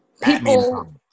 people